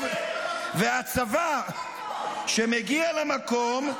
------- והצבא שמגיע למקום,